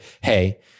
hey